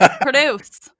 Produce